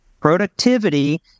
productivity